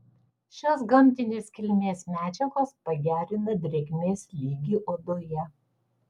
šios gamtinės kilmės medžiagos pagerina drėgmės lygį odoje